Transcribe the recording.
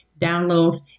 download